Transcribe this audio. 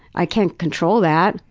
i can't control that,